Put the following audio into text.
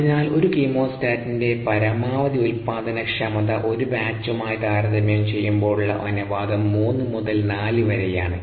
അതിനാൽ ഒരു കീമോസ്റ്റാറ്റിന്റെ പരമാവധി ഉൽപാദനക്ഷമത ഒരു ബാചുമായി താരതമ്യം ചെയുമ്പോഴുള്ള അനുപാതം മൂന്ന് മുതൽ നാല് വരെയാണ്